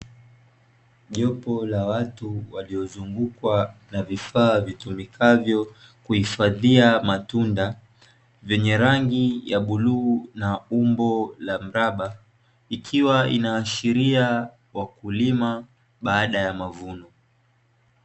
Jopo la watu waliozungukwa na vifaa vitumikavyo kuhifadhia matunda, vyenye rangi ya bluu na umbo la mraba, ikiwa inaashiria wakulima baada ya mavuno.